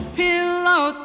pillow